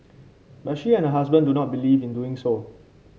but she and her husband do not believe in doing so